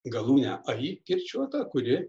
galūnę ai kirčiuotą kuri